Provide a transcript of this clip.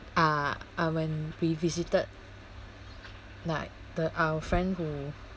ah ah when we visited like the our friend who